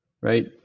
right